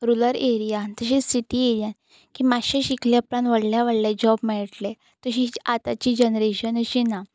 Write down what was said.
rural एरियान तशेंच city एरियान की मातशें शिकले उपरांत व्हडले व्हडले जॉब मेळटालें तशी आतांची जनरेशन अशी ना